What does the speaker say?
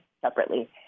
separately